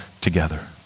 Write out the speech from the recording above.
together